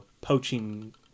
poaching